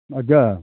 अच्छा